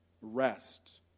rest